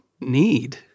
need